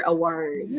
Award